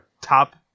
top